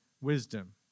wisdom